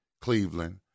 Cleveland